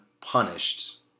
punished